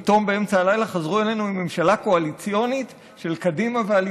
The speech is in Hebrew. פתאום באמצע הלילה חזרו אלינו עם ממשלה קואליציונית של קדימה והליכוד.